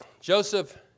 Joseph